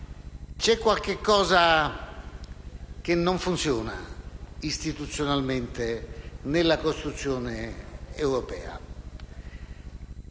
c'è qualcosa che non funziona istituzionalmente nella costruzione europea.